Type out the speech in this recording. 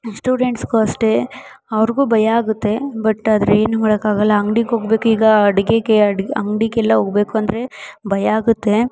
ಸ್ಟೂಡೆಂಟ್ಸ್ಗೂ ಅಷ್ಟೇ ಅವ್ರಿಗೂ ಭಯ ಆಗುತ್ತೆ ಬಟ್ ಆದರೆ ಏನೂ ಮಾಡೋಕ್ಕಾಗಲ್ಲ ಅಂಗ್ಡಿಗೆ ಹೋಗ್ಬೇಕ್ ಈಗ ಅಡುಗೆಗೆ ಅಡ್ ಅಂಗಡಿಗೆಲ್ಲ ಹೋಗ್ಬೇಕು ಅಂದರೆ ಭಯ ಆಗುತ್ತೆ